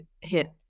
hit